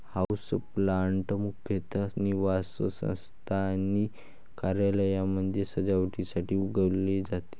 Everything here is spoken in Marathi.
हाऊसप्लांट मुख्यतः निवासस्थान आणि कार्यालयांमध्ये सजावटीसाठी उगवले जाते